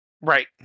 Right